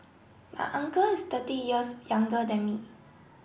my uncle is thirty years younger than me